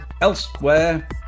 Elsewhere